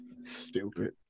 Stupid